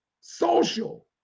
social